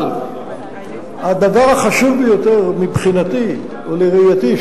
אבל הדבר החשוב ביותר מבחינתי ולראייתי,